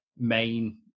main